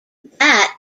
that